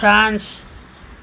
France